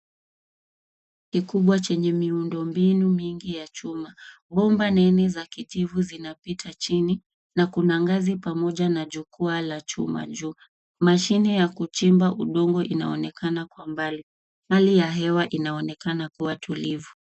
Kikubwa chenye miundo mbinu mingi ya chuma. Bomba nene za kijivu zinapita chini, na kuna ngazi pamoja na jukwaa la chuma juu. Mashine ya kuchimba udongo inaonekana, kwa mbali. Hali ya hewa inaonekana kua tulivu.